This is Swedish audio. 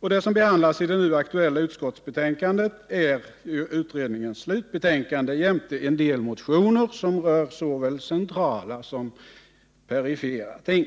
Och det som behandlas i det nu aktuella utskottsbetänkandet är utredningens slutbetänkande jämte en del motioner, som rör såväl centrala som perifera ting.